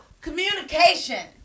communication